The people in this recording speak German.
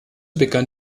begann